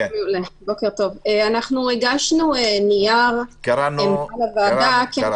אנחנו הגשנו נייר עמדה לוועדה -- קראנו.